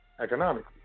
Economically